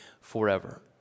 forever